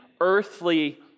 earthly